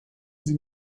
sie